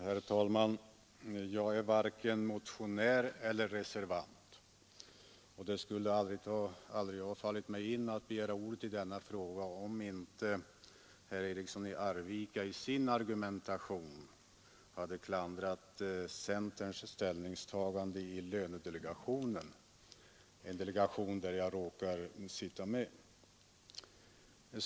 Herr talman! Jag är varken motionär eller reservant, och det skulle aldrig ha fallit mig in att begära ordet i denna fråga om inte herr Eriksson i Arvika i sin argumentation hade klandrat centerns ställningstagande i lönedelegationen, där jag råkar sitta med.